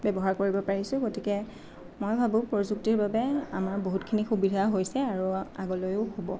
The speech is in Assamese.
ব্যৱহাৰ কৰিব পাৰিছোঁ গতিকে মই ভাবোঁ প্ৰযুক্তিবিদ্যাৰ বাবে আমাৰ বহুতখিনি সুবিধা হৈছে আৰু আগলৈয়ো হ'ব